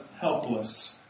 helpless